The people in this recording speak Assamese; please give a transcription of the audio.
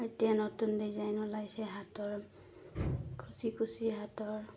এতিয়া নতুন ডিজাইন ওলাইছে হাতৰ কুছি কুছি হাতৰ